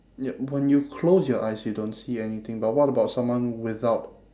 yup when you close your eyes you don't see anything but what about someone without